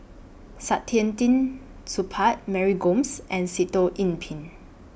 Saktiandi Supaat Mary Gomes and Sitoh Yih Pin